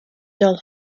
doll